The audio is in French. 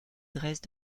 dressent